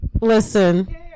listen